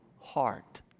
heart